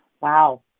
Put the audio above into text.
Wow